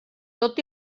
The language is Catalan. tot